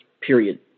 period